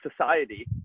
society